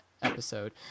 episode